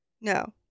No